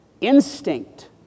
Instinct